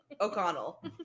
O'Connell